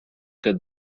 good